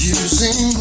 using